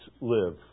live